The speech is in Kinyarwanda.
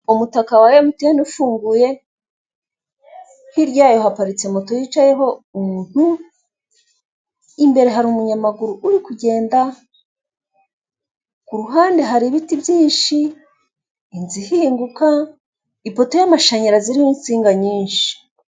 Umutaka wa Mtnn ufunguye. Hirya yayo haparitse moto yicayeho umuntu, imbere hari umunyamaguru uri kugenda, ku ruhande hari ibiti byinshi, inzu ihinguka, ipoto y'amashanyarazi iriho insinga nyinshi.